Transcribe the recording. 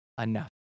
enough